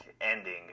ending